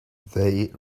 they